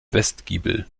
westgiebel